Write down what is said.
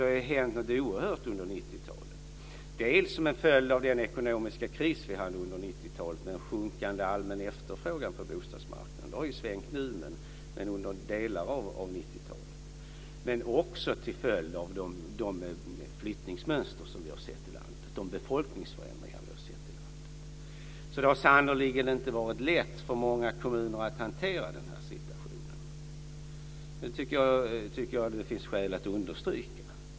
Det har alltså hänt oerhört mycket under 90-talet, dels som en följd av den ekonomiska krisen under 90-talet med sjunkande allmän efterfrågan på bostadsmarknaden - men det har ju svängt nu - dels till följd av de flyttningsmönster och befolkningsförändringar som vi har kunnat se. Det har sannerligen inte varit lätt för många kommuner att hantera den här situationen, det finns det skäl att understryka.